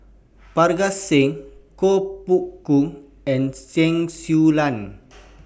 Parga Singh Koh Poh Koon and Chen Su Lan